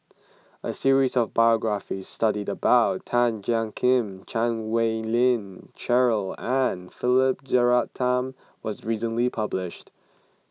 a series of biographies study about Tan Jiak Kim Chan Wei Ling Cheryl and Philip Jeyaretnam was recently published